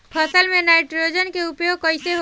फसल में नाइट्रोजन के उपयोग कइसे होला?